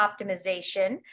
Optimization